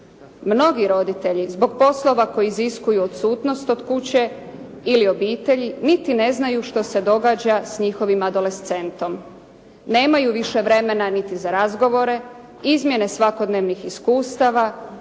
Mnogi roditelji zbog poslova koji iziskuju odsutnost od kuće ili obitelji niti ne znaju što se događa s njihovim adolescentom. Nemaj više vremena niti za razgovore, izmjene svakodnevnih iskustava,